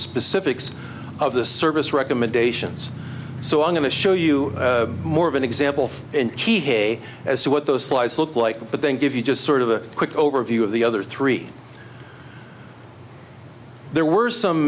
specifics of the service recommendations so i'm going to show you more of an example and key hey as to what those slides look like but then give you just sort of a quick overview of the other three there were some